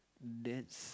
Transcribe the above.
that's